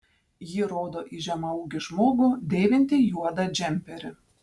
ji rodo į žemaūgį žmogų dėvintį juodą džemperį